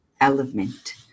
Element